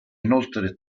inoltre